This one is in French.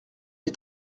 est